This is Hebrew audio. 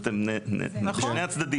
זה שני הצדדים.